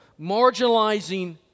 marginalizing